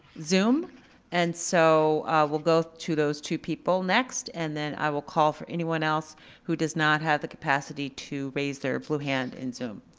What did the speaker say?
zoom and so we'll go to those two people next and then i will call for anyone else who does not have the capacity to raise their blue hand in zoom.